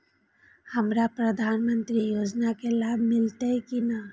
हमरा प्रधानमंत्री योजना के लाभ मिलते की ने?